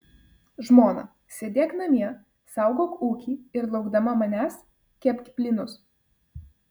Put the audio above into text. žmona sėdėk namie saugok ūkį ir laukdama manęs kepk blynus